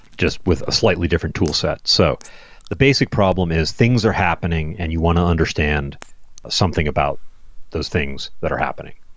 just with a slightly different toolset. so the basic problem is things are happening and you want to understand something about those things that are happening.